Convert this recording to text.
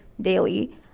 daily